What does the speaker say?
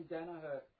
Danaher